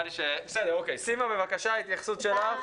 סימה בבקשה, התייחסות שלך.